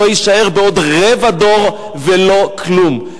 לא יישאר בעוד רבע דור ולא כלום.